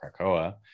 Krakoa